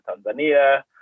Tanzania